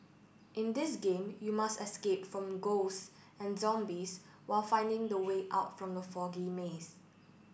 in this game you must escape from ghost and zombies while finding the way out from the foggy maze